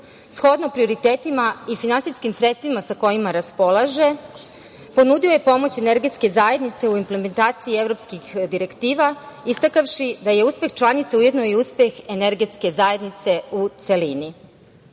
shodno prioritetima i finansijskim sredstvima sa kojima raspolaže, ponudio je pomoć Energetske zajednice u implementaciji evropskih direktiva, istakavši da je uspeh članica ujedno i uspeh Energetske zajednice u celini. Moram